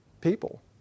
people